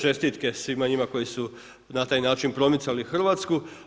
Čestitke svima njima koji su na taj način promicali Hrvatski.